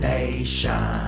Nation